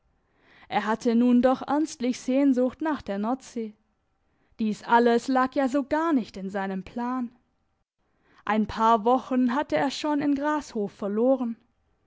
er hatte nun doch ernstlich sehnsucht nach der nordsee dies alles lag ja so gar nicht in seinem plan ein paar wochen hatte er schon in grashof verloren